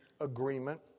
agreement